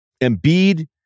Embiid